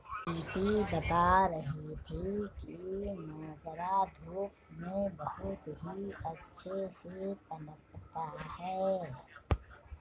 प्रीति बता रही थी कि मोगरा धूप में बहुत ही अच्छे से पनपता है